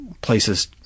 places